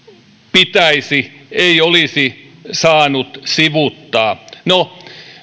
pitäisi ei olisi saanut sivuuttaa no